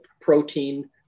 protein